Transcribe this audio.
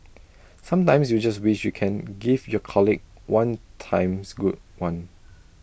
sometimes you just wish you can give your colleague one times good one